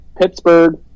Pittsburgh